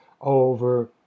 over